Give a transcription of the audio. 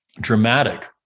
dramatic